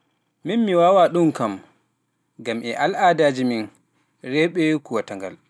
Miin mi waawaa ɗum kam e al'aadaaji reeɓe kuwata-ngal.